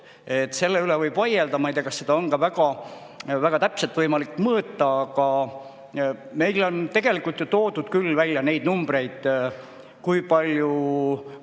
Selle üle võib vaielda. Ma ei tea, kas seda on väga täpselt võimalik mõõta. Aga meil on tegelikult ju toodud küll välja neid numbreid, kui palju